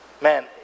Man